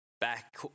back